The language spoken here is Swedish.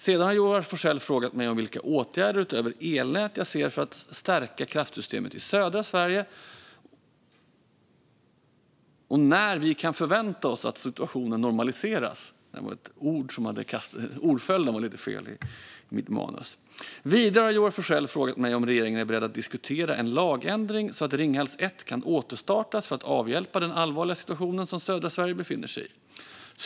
Sedan har Joar Forssell frågat mig om vilka åtgärder, utöver elnät, jag ser för att stärka kraftsystemet i södra Sverige, och när vi kan förvänta oss att situationen normaliseras. Vidare har Joar Forssell frågat mig om regeringen är beredd att diskutera en lagändring så att Ringhals 1 kan återstartas för att avhjälpa den allvarliga situation som södra Sverige befinner sig i.